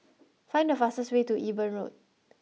find the fastest way to Eben Road